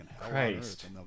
Christ